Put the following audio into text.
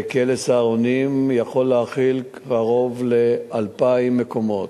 כלא "סהרונים" יכול להכיל קרוב ל-2,000 מקומות,